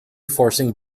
forcing